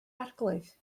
arglwydd